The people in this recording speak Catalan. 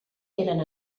eren